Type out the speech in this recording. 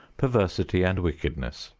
perversity and wickedness,